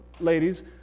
ladies